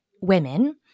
women